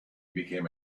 became